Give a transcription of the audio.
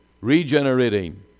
regenerating